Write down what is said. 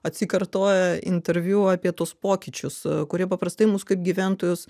atsikartoja interviu apie tuos pokyčius kurie paprastai mus kaip gyventojus